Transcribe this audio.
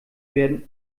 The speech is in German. werden